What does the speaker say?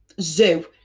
zoo